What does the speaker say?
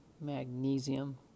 magnesium